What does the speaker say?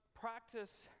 practice